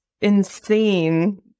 insane